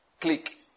click